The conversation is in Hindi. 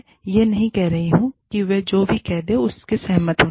मैं यह नहीं कह रहा हूं कि वे जो भी कह रहे हैं उससे सहमत हैं